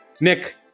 Nick